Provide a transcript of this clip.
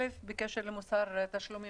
בקשר למוסר תשלומים,